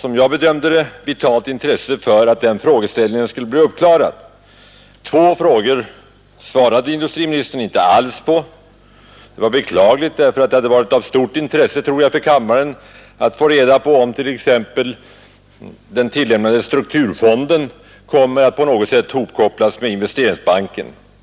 som jag bedömde vara av vitalt intresse för att klarlägga orsakerna. Två av dem svarade industriministern inte alls på. Det var beklagligt, ty det hade varit av stort intresse för kammaren, tror jag, att få reda på t.ex. om den tillämnade strukturfonden på något sätt kommer att hopkopplas med Investeringsbanken.